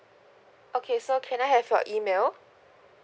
okay so can I have your email